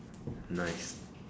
nice